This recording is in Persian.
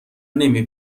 نمی